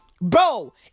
Bro